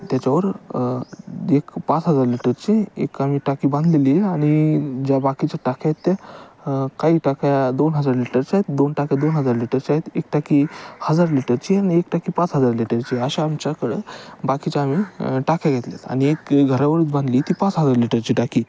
त्याच्यावर एक पाच हजार लिटरची एक आम्ही टाकी बांधलेली आहे आणि ज्या बाकीच्या टाक्या आहेत त्या काही टाक्या दोन हजार लिटरच्या आहेत दोन टाक्या दोन हजार लिटरच्या आहेत एक टाकी हजार लिटरची आणि एक टाकी पाच हजार लिटरची अशा आमच्याकडे बाकीच्या आम्ही टाक्या घेतले आहेत आणि एक घरावरच बांधली ती पाच हजार लिटरची टाकी